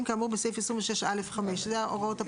כאמור בסעיף 26(א5)" אלה ההוראות הפליליות.